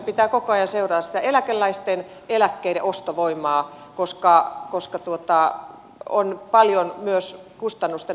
pitää koko ajan seurata sitä eläkeläisten eläkkeiden ostovoimaa koska on paljon myös kustannusten nousua